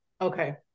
Okay